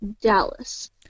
Dallas